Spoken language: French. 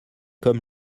comme